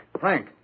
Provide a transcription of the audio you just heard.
Frank